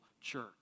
church